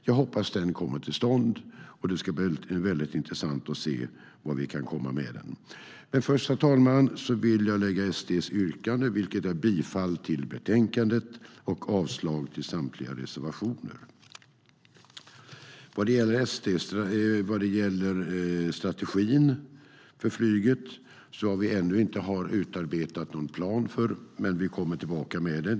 Jag hoppas att studien kommer till stånd, och det ska bli väldigt intressant att se vart vi kan komma med den. Vad gäller strategin för flyget har vi ännu inte utarbetat någon plan för den, men vi kommer tillbaka med detta.